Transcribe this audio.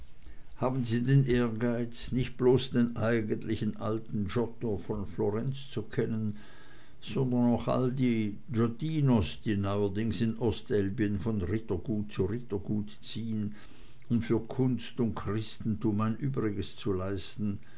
haben sie den ehrgeiz nicht bloß den eigentlichen alten giotto von florenz zu kennen sondern auch all die giottinos die neuerdings in ostelbien von rittergut zu rittergut ziehn um für kunst und christentum ein übriges zu leisten